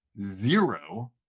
zero